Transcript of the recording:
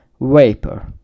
vapor